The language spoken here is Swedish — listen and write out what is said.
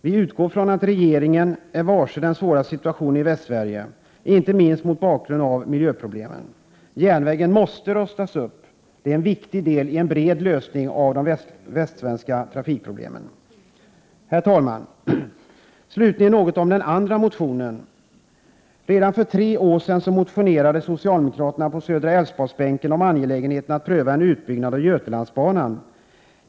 Vi utgår från att regeringen är varse den svåra situationen i Västsverige, inte minst mot bakgrund av miljöproblemen. Järnvägen måste rustas upp. Det är en viktig del i en bred lösning av de västsvenska trafikproblemen. Herr talman! Jag vill slutligen något beröra den andra motionen. Redan för tre år sedan motionerade socialdemokraterna på Södra Älvsborgsbänken om angelägenheten av att pröva en utbyggnad av Götalandsbanan.